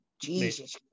Jesus